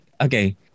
Okay